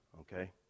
okay